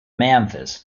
memphis